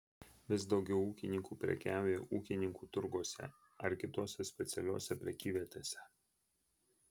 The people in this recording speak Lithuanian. vis daugiau ūkininkų prekiauja ūkininkų turguose ar kitose specialiose prekyvietėse